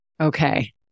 Okay